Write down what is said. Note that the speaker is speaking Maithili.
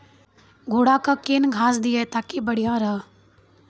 घोड़ा का केन घास दिए ताकि बढ़िया रहा?